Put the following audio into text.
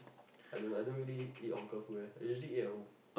I don't know I don't really eat hawker food eh I usually eat at home